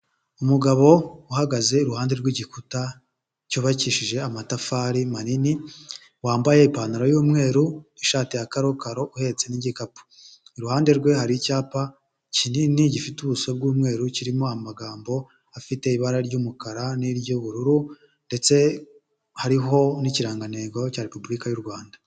Umugabo uhagaze iruhande rw'igikuta cyubakishije amatafari manini, wambaye ipantaro y'umweru, ishati ya karokaro, uhetse n'igikapu. Iruhande rwe hari icyapa kinini, gifite ubuso bw'umweru, kirimo amagambo afite ibara ry'umukara n'iry'ubururu ndetse hariho n'ikirangantego cya repubulika y'u Rwanda.